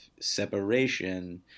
separation